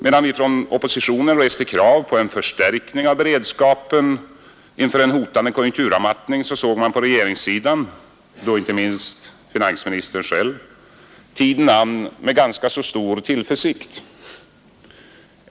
Medan oppositionen reste krav på en förstärkning av beredskapen inför en hotande konjunkturavmattning såg man på regeringssidan — och då inte minst finansministern själv — tiden an med ganska stor tillförsikt.